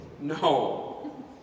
No